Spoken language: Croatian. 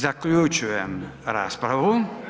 Zaključujem raspravu.